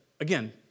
again